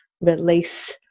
release